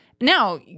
now